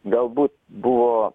galbūt buvo